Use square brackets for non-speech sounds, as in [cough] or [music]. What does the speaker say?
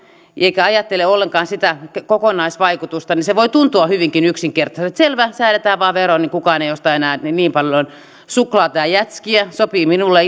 eikä ajattele ollenkaan sitä kokonaisvaikutusta niin se voi tuntua hyvinkin yksinkertaiselta että selvä säädetään vain vero niin kukaan ei osta enää niin niin paljon suklaata ja jätskiä sopii minulle [unintelligible]